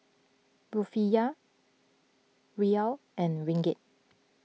Rufiyaa Riyal and Ringgit